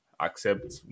accept